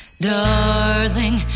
darling